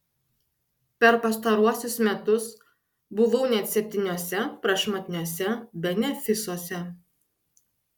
per pastaruosius metus buvau net septyniuose prašmatniuose benefisuose